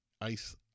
Ice